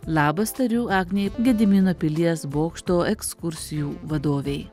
labas tariu agnei gedimino pilies bokšto ekskursijų vadovei